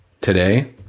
today